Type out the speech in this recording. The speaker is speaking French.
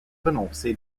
renoncer